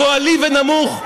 גועלי ונמוך,